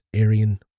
Aryan